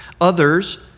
others